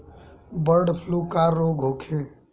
Bird flu का रोग होखे?